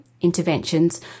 interventions